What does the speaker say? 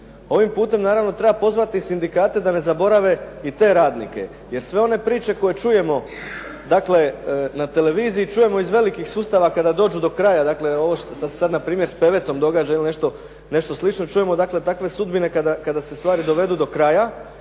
Ovim putem naravno treba pozvati sindikate da ne zaborave i te radnike, jer sve one priče koje čujemo na televiziji čujemo iz velikih sustava kada dođu do kraja, dakle ovo što se sada s Pevecom događa, čujemo takve sudbine kada se stvari dovedu do kraja,